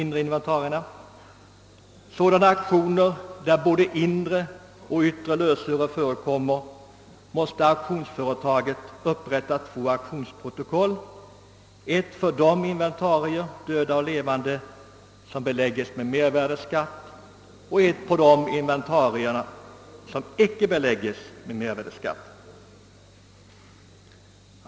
När det gäller auktioner där både inre och yttre lösöre förekommer måste auktionsföretaget upprätta två auktionsprotokoll: ett för döda och levande inventarier som beläggs med mervärdeskatt och ett för de inventarier som icke beläggs med medvärdeskatt.